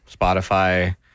Spotify